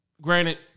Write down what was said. granted